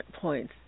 points